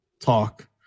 talk